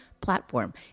platform